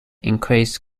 increase